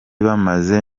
bamaze